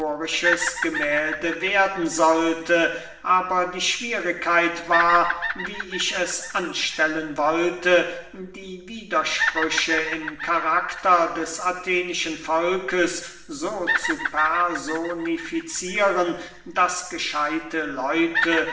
werden sollte aber die schwierigkeit war wie ich es anstellen wollte die widersprüche im karakter des athenischen volkes so zu personificieren daß gescheidte leute